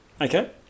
Okay